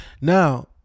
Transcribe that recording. Now